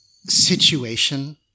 Situation